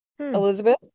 Elizabeth